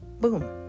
Boom